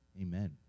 Amen